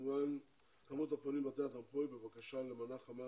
כמובן שמספר הפונים לבתי התמחוי בבקשה למנה חמה